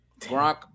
Gronk